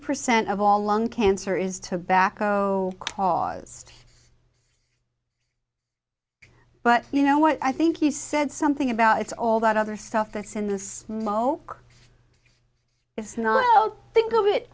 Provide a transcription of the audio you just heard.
percent of all lung cancer is tobacco caused but you know i think you said something about it's all that other stuff that's in the smoke it's not i'll think of it